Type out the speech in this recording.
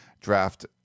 draft –